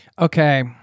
okay